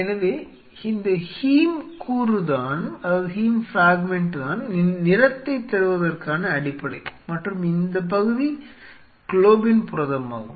எனவே இந்த ஹீம் கூறுதான் நிறத்தைத் தருவதற்கு அடிப்படை மற்றும் இந்த பகுதி குளோபின் புரதமாகும்